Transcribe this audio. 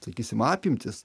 sakysim apimtys